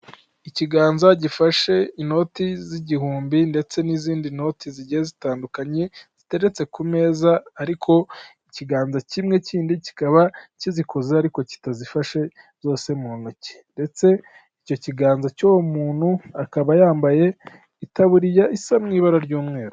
Ikiganza gifashe inoti z'igihumbi, ndetse n'izindi noti zigiye zitandukanye, ziteretse ku meza ariko ikiganza kimwe kindi kikaba kizikozeho, ariko kitazifashe zose mu ntoki. Ndetse icyo kiganza cy'uwo muntu akaba yambaye itaburiya isa mu ibara ry'umweru.